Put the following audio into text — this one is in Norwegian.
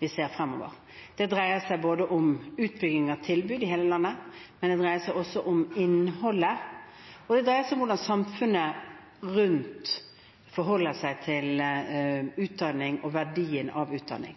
ser fremover. Det dreier seg om utbygging av tilbud i hele landet, men det dreier seg også om innholdet. Og det dreier seg om hvordan samfunnet rundt forholder seg til utdanning og verdien av utdanning.